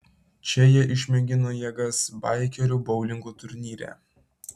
čia jie išmėgino jėgas baikerių boulingo turnyre